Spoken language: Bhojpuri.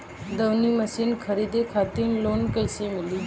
दऊनी मशीन खरीदे खातिर लोन कइसे मिली?